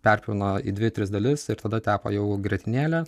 perpjauna į dvi tris dalis ir tada tepa jau grietinėlę